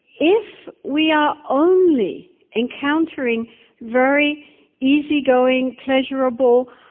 if we are only encountering very easygoing, pleasurable,